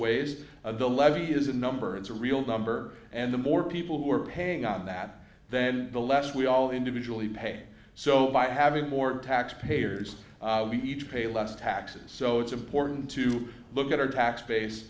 of the levy is a number it's a real number and the more people who are paying on that then the less we all individually pay so by having more taxpayers we each pay less taxes so it's important to look at our tax base